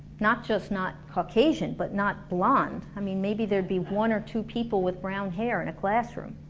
not just not caucasian, but not blonde. i mean maybe there'd be one or two people with brown hair in a classroom